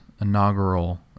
inaugural